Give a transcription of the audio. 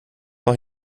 noch